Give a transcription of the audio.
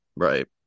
right